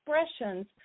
expressions